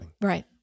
Right